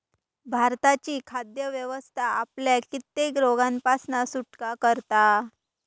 भारताची खाद्य व्यवस्था आपल्याक कित्येक रोगांपासना सुटका करता